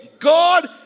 God